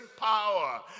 power